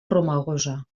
romagosa